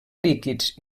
líquids